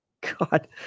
God